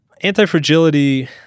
Anti-fragility